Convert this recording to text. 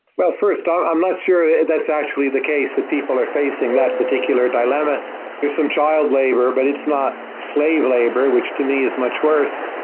well, first, i'm not sure that's actually the case that people are facing that particular dilemma. there's some child labor, but it's not slave labor, which to me is much worse.